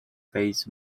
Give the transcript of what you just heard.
face